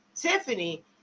Tiffany